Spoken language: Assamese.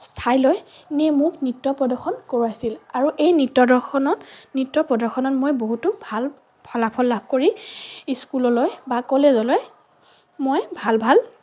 ঠাইলৈ নি মোক নৃত্য প্ৰদৰ্শন কৰোৱাইছিল আৰু এই নৃত্য দৰ্শনত নৃত্য প্ৰদৰ্শনত মই বহুতো ভাল ফলাফল লাভ কৰি স্কুললৈ বা কলেজলৈ মই ভাল ভাল